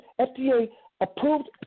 FDA-approved